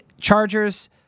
Chargers